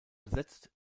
besetzt